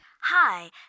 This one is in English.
Hi